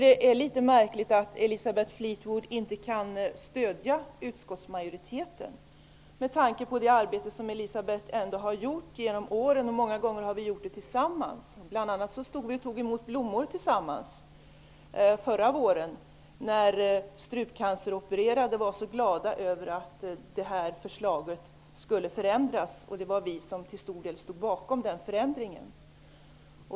Det är litet märkligt, med tanke på det arbete som Elisabeth Fleetwood har utfört genom åren, att hon inte kan stödja utskottsmajoritetens förslag. Vi har många gånger gjort detta arbete tillsammans. Bl.a. stod vi och tog emot blommor tillsammans förra våren, när strupcanceropererade var så glada över att förslaget skulle förändras. Det var till stor del vi som stod bakom den förändringen.